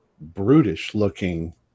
brutish-looking